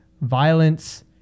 violence